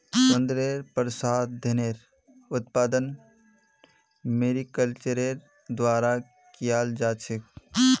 सौन्दर्य प्रसाधनेर उत्पादन मैरीकल्चरेर द्वारा कियाल जा छेक